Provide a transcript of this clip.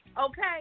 Okay